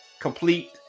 complete